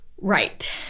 Right